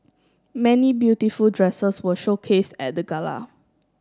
many beautiful dresses were showcase at the gala